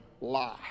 lie